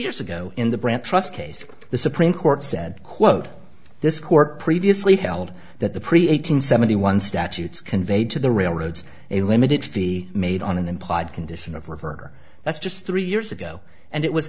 years ago in the brandt trust case the supreme court said quote this court previously held that the pretty eight hundred seventy one statutes conveyed to the railroads a limited fee made on an implied condition of river that's just three years ago and it was